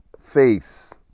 face